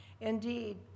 Indeed